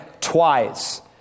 twice